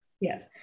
Yes